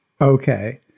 okay